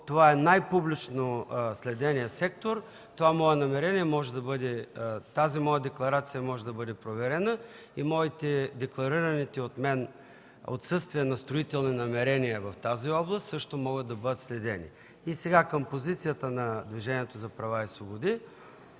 това е най-публично следеният сектор, това мое намерение, тази моя декларация може да бъде проверена и декларираните от мен отсъствия на строителни намерения в тази област също могат да бъдат следени. Сега към позицията на Движението за права и свободи.